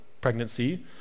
pregnancy